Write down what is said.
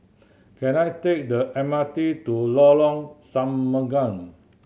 can I take the M R T to Lorong Semanga